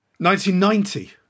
1990